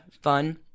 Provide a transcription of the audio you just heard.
fun